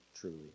truly